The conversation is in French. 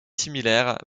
similaire